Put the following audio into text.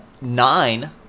nine